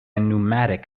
pneumatic